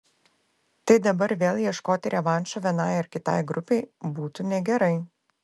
tai dabar vėl ieškoti revanšo vienai ar kitai grupei būtų negerai